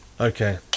Okay